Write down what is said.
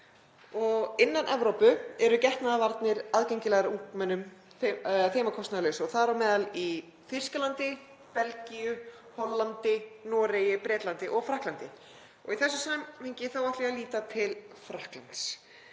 Innan Evrópu eru getnaðarvarnir aðgengilegar ungmennum þeim að kostnaðarlausu, þar á meðal í Þýskalandi, Belgíu, Hollandi, Noregi, Bretlandi og Frakklandi. Í þessu samhengi ætla ég að líta til Frakklands.